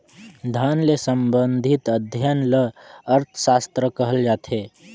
धन ले संबंधित अध्ययन ल अर्थसास्त्र कहल जाथे